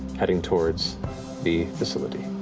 heading towards the facility.